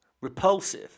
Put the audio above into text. Repulsive